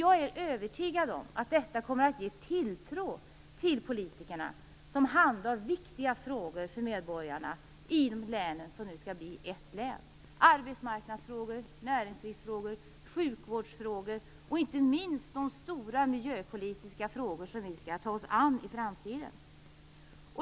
Jag är övertygad om att detta kommer att skapa tilltro till politikerna som handhar frågor som är viktiga för medborgarna i de län som nu skall bli ett län. Det gäller arbetsmarknadsfrågor, näringslivsfrågor, sjukvårdsfrågor och inte minst de stora miljöpolitiska frågor som vi skall ta oss an i framtiden.